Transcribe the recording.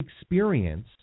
experience